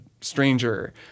stranger